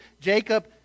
Jacob